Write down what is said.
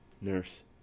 Nurse